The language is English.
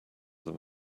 than